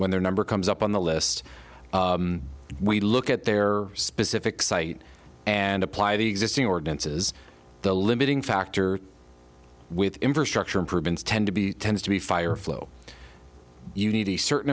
when their number comes up on the list we look at their specific site and apply the existing ordinances the limiting factor with infrastructure improvements tend to be tends to be fire flow you need a certain